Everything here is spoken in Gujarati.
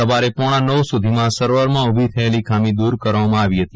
સવારે પોણા નવ સુધીમાં સર્વરમાં ઉભી થયેલી ખામી દુર કરવામાં આવી હતી